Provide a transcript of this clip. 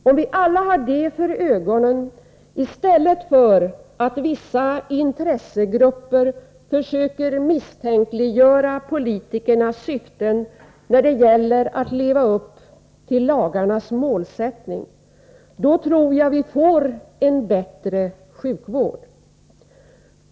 Om vi alla har detta för ögonen och vissa intressegrupper inte försöker misstänkliggöra politikernas syften när det gäller att leva upp till lagarnas mål, tror jag att vi får en bättre sjukvård.